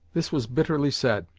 this was bitterly said,